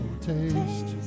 taste